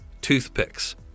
Toothpicks